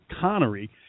Connery